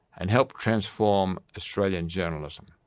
and helped transform australian journalism.